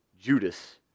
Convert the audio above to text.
Judas